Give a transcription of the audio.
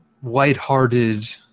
white-hearted